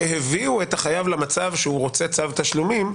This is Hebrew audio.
שהביאו את החייב למצב שהוא רוצה צו תשלומים,